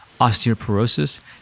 osteoporosis